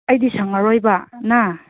ꯑꯩꯗꯤ ꯁꯪꯉꯔꯣꯏꯕ